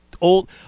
Old